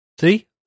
See